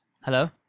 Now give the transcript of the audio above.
Hello